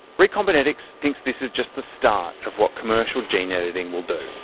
recombinetics thinks this is just the start of what commercial gene editing will do.